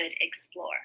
explore